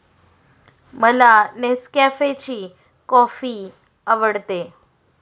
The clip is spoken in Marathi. मला नेसकॅफेची कॉफी आवडते